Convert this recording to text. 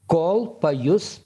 kol pajus